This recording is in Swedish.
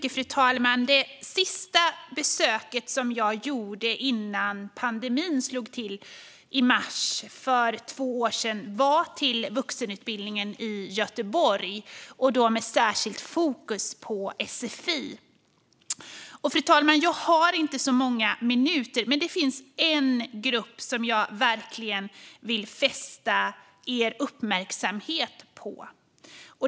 Fru talman! Det sista besök jag gjorde innan pandemin slog till i mars för två år sedan gick till vuxenutbildningen i Göteborg, med särskilt fokus på sfi. Jag har inte så många minuter på mig, men det finns en grupp som jag verkligen vill fästa kammarens uppmärksamhet på.